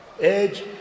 edge